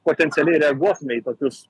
potencialiai reaguotume į tokius